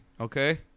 okay